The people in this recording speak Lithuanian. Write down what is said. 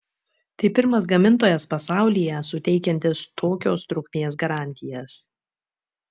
tai pirmas gamintojas pasaulyje suteikiantis tokios trukmės garantijas